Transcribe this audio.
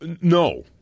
No